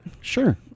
Sure